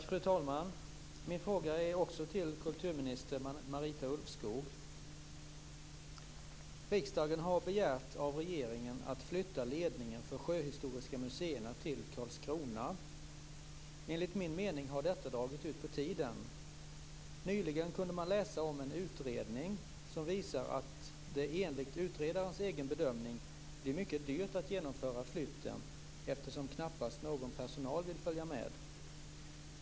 Fru talman! Min fråga är också till kulturminister Riksdagen har begärt av regeringen att man skall flytta ledningen av Sjöhistoriska museerna till Karlskrona. Enligt min mening har detta dragit ut på tiden. Nyligen kunde man läsa om en utredning som visar att det enligt utredarens egen bedömning blir mycket dyrt att genomföra flytten eftersom knappast någon personal vill följa med.